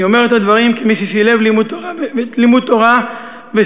אני אומר את הדברים כמי ששילב לימוד תורה ושירות